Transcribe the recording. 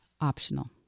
optional